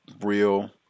real